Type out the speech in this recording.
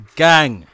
gang